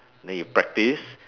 then you practise